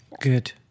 Good